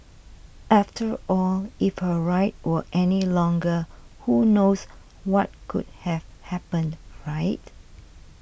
after all if her ride were any longer who knows what could have happened right